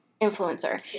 influencer